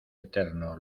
eterno